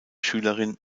schülerin